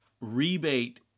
rebate